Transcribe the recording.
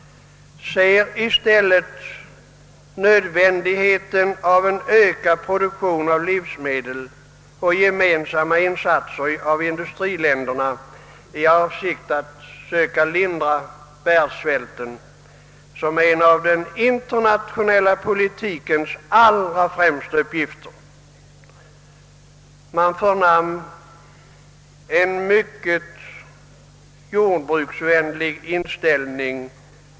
ser i stället nödvändigheten av en ökad produktion av livsmedel och av gemensamma insatser av industriländerna i avsikt att söka lindra världssvälten som en av den internationella politikens allra främsta uppgifter. Vart man än kom i Förenta staterna förnam man en mycket jordbruksvänlig inställning.